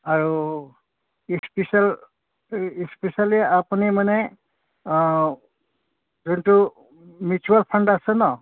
আৰু special specially আপুনি মানে যোনটো মিউচুৱেল ফাণ্ড আছে ন